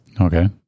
Okay